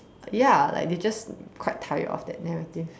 ya like they're just quite tired of that narrative